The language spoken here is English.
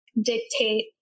dictate